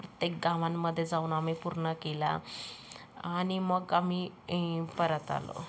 प्रत्येक गावांमध्ये जाऊन आम्ही पूर्ण केला आणि मग आम्ही ई परत आलो